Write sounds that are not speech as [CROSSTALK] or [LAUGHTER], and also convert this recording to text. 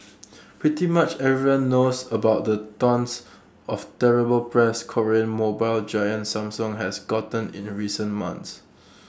[NOISE] pretty much everyone knows about the tonnes of terrible press Korean mobile giant Samsung has gotten in the recent months